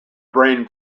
brain